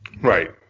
Right